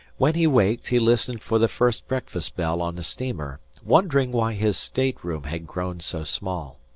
when he waked he listened for the first breakfast-bell on the steamer, wondering why his state-room had grown so small.